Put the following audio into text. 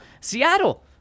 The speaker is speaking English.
Seattle